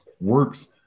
works